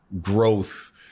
growth